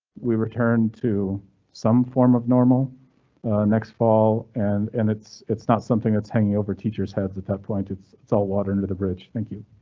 we returned to some form of normal next fall and and it's it's not something that's hanging over teachers heads. at that point, it's it's all water under the bridge. thank you.